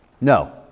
no